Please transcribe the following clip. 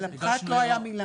על הפחת לא היה מילה.